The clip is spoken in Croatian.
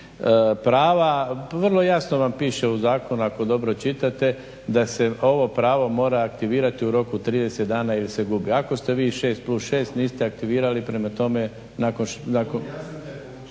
prava, vrlo jasno vam piše u zakonu ako dobro čitate, da se ovo pravo mora aktivirati u roku 30 dana ili se gubi. Ako ste vi 6+6 niste aktivirali, …/Upadica se ne